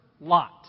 lot